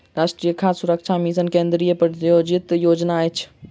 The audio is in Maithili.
राष्ट्रीय खाद्य सुरक्षा मिशन केंद्रीय प्रायोजित योजना अछि